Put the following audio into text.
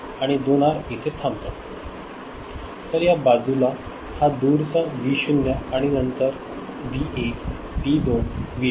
आणि 2 आर इथे थांबतो तर या बाजूला हा दूरचा व्ही 0 आणि नंतर व्ही 1 व्ही 2 व्ही 3